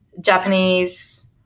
Japanese